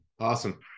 Awesome